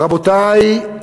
רבותי,